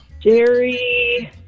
Jerry